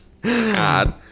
God